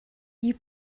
you